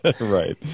right